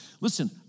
listen